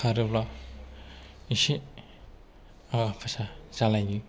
खारोब्ला एसे आगा पिसा जालायो